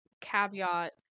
caveat